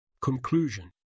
Conclusion